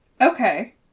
Okay